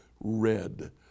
red